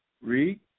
Read